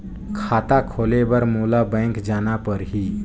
खाता खोले बर मोला बैंक जाना परही?